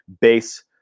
base